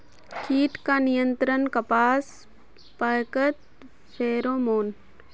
कीट का नियंत्रण कपास पयाकत फेरोमोन?